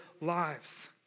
lives